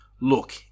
look